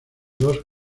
dos